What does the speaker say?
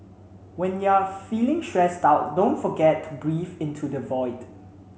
when you are feeling stressed out don't forget to breathe into the void